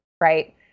right